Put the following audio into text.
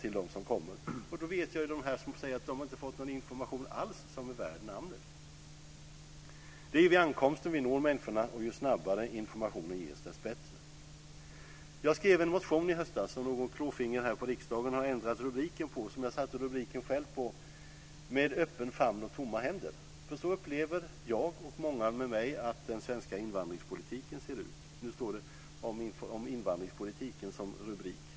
Jag vet ju att det finns de som säger att de inte fått någon information som är värd namnet. Det är vid ankomsten vi når människorna, och ju snabbare informationen ges desto bättre. Jag skrev en motion i höstas som någon klåfingrig här i riksdagen har ändrat rubriken på. Jag satte rubriken Med öppen famn och tomma händer. Så upplever jag och många med mig att den svenska invandringspolitiken ser ut. Nu står det Om invandringspolitiken som rubrik.